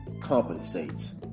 compensates